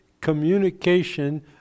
communication